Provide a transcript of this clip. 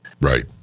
Right